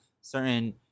certain